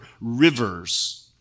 rivers